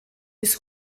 bis